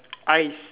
eyes